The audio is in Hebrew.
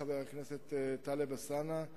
חבר הכנסת טלב אלסאנע,